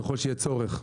ככל שיהיה צורך,